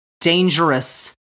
dangerous